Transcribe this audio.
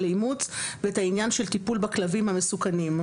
לאימוץ ואת העניין של טיפול בכלבים המסוכנים.